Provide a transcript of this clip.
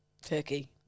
turkey